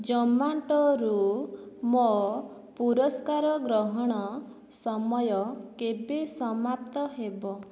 ଜୋମାଟୋରୁ ମୋ ପୁରସ୍କାର ଗ୍ରହଣ ସମୟ କେବେ ସମାପ୍ତ ହେବ